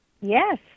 Yes